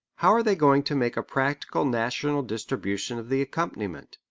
how are they going to make a practical national distribution of the accompaniment?